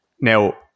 now